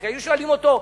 רק היו שואלים אותו: